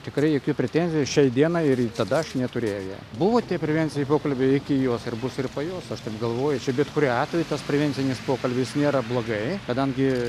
tikrai jokių pretenzijų šiai dienai ir tada aš neturėjau jai buvo tie prevenciniai pokalbiai iki jos ir bus ir po jos aš taip galvoju čia bet kuriuo atveju tas prevencinis pokalbis nėra blogai kadangi